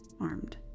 armed